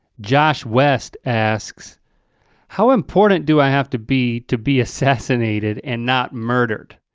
josh west asks how important do i have to be to be assassinated and not murdered?